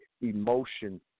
emotion